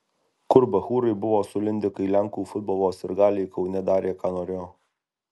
kur bachūrai buvo sulindę kai lenkų futbolo sirgaliai kaune darė ką norėjo